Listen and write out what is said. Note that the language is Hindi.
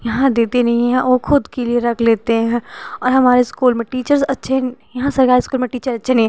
यहाँ देते नहीं हैं औ ख़ुद के लिए रख लेते हैं और हमारे इस्कूल में टीचर्स अच्छे नहीं हैं यहाँ सरकारी इस्कूल में टीचर्स अच्छे नहीं हैं